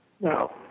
No